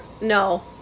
No